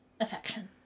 affection